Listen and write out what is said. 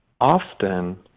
often